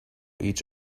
each